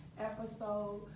episode